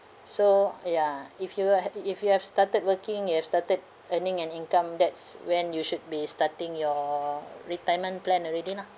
so ya if you are happy if you have started working you have started earning an income that's when you should be starting your retirement plan already lah